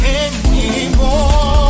anymore